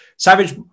Savage